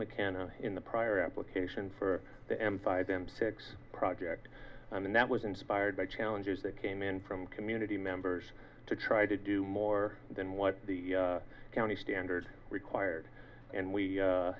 macand in the prior application for the m five m six project and that was inspired by challenges that came in from community members to try to do more than what the county standard required and we